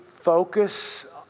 focus